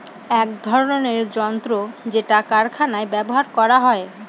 এক ধরনের যন্ত্র যেটা কারখানায় ব্যবহার করা হয়